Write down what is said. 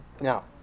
Now